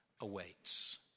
awaits